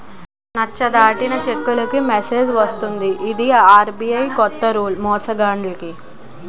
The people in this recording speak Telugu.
నచ్చ దాటిన చెక్కులకు మెసేజ్ వస్తది ఇది ఆర్.బి.ఐ కొత్త రూల్ మోసాలాగడానికి